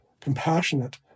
compassionate